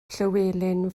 llywelyn